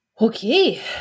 Okay